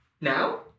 Now